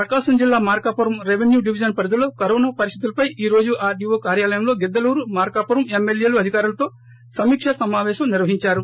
ప్రకాశం జిల్లా Markapuram revenue division పరిధలో corona పరిస్దితులపై ఈ రోజు ఆర్దీఓ కార్యాలయంలో గిద్దలూరు మార్కాపురం ఎమ్మెల్యేలు అధికారులతో సమీకా సమాపేశం నిర్వహించారు